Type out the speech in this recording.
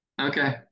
okay